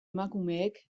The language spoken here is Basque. emakumeek